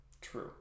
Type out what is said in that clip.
True